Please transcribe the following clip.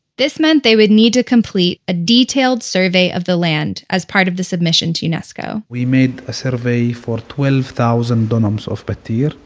this meant they would need to complete a detailed survey of the land as part of the submission to unesco we made a sort of survey for twelve thousand dunams of battir, yeah